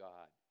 God